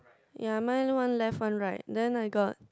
ya mine one left one right then I got